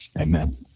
Amen